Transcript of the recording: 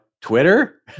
Twitter